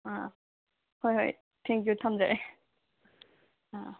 ꯑꯥ ꯍꯣꯏ ꯍꯣꯏ thank you ꯊꯝꯖꯔꯦ ꯑꯥ